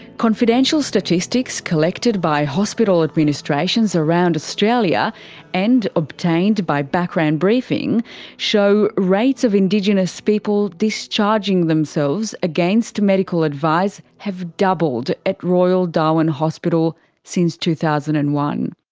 confidential statistics collected by hospital administrations around australia and obtained by background briefing show rates of indigenous people discharging themselves against medical advice have doubled at royal darwin hospital since two thousand and one.